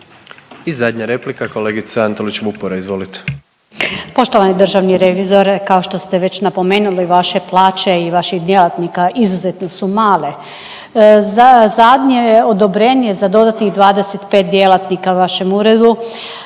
I zadnja replika kolegica Antolić Vupora, izvolite. **Antolić Vupora, Barbara (SDP)** Poštovani državni revizore, kao što ste već napomenuli, vaše plaće i vaših djelatnika izuzetno su male. Zadnje odobrenje za dodatnih 25 djelatnika vašem uredu